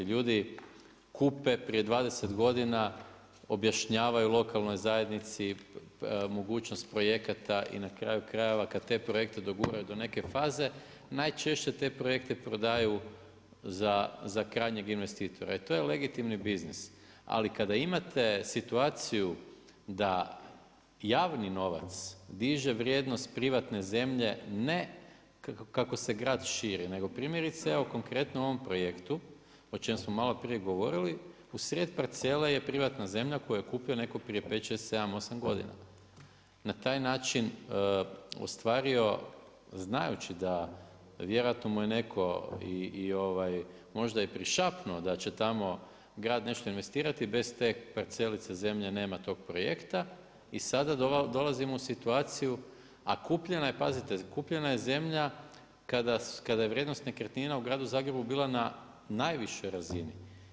Ljudi kupe prije 20 godina, objašnjavaju lokalnoj zajednici mogućnost projekata i na kraju krajeva kad te projekti doguraju do neke faze, najčešće te projekte prodaju za krajnjeg investitora i to je legitimni biznis ali kad imate situaciju da javni novac diže vrijednost privatne zemlje, ne kao se grad širi nego primjerice konkretnom u ovom projektu, o čem smo maloprije govorili, usred parcele je privatna zemlja koja je kupio netko prije 5, 6, 7, 8 godina na taj način ostvario znajući da vjerojatno mu je netko možda i prišapnuo da će tamo grad nešto investirati, bez te parcelice, zemlje, nema tog projekta i sada dolazimo u situaciju, a kupljena je, pazite, kupljena je zemlja, kada je vrijednost nekretnina u gradu Zagrebu bila na najvišoj razini.